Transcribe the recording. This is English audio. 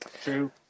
True